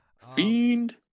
Fiend